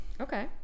Okay